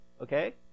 Okay